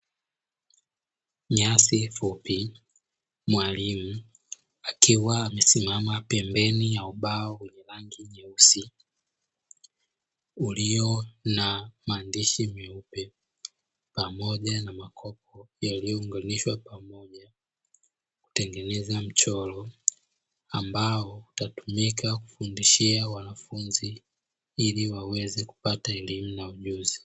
Nyasi fupi, mwalimu akiwa amesimama pembeni ya ubao wenye rangi nyeusi ulio na maandishi meupe pamoja na makopo yaliyounganishwa kutengeneza mchoro ambao utatumika kufundishia wanafunzi ili waweze kupata elimu na ujuzi.